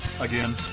Again